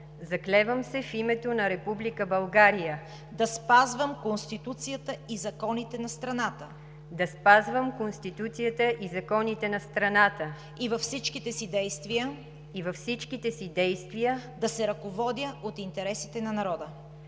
Заклевам се в името на Република България да спазвам Конституцията и законите на страната и във всичките си действия да се ръководя от интересите на народа.